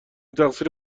تقصیر